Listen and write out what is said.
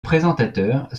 présentateurs